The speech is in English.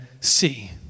see